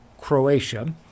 Croatia